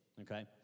okay